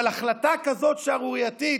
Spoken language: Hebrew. אבל החלטה כזאת שערורייתית,